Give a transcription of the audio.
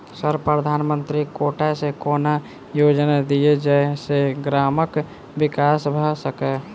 Sir प्रधानमंत्री quota सऽ कोनो योजना दिय जै सऽ ग्रामक विकास भऽ सकै?